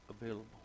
available